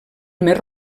més